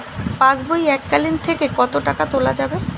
পাশবই এককালীন থেকে কত টাকা তোলা যাবে?